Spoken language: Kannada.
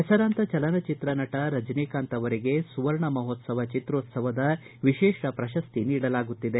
ಹೆಸರಾಂತ ಚಲನಚಿತ್ರ ನಟ ರಜನಿಕಾಂತ ಅವರಿಗೆ ಸುವರ್ಣ ಮಹೋತ್ಸವ ಚಿತ್ರೋತ್ಸವದ ವಿಶೇಷ ಪ್ರಶ್ತಿ ನೀಡಲಾಗುತ್ತಿದೆ